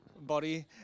body